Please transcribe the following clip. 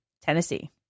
Tennessee